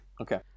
Okay